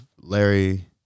Larry